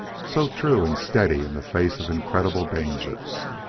so true and steady in the face of incredible dangers.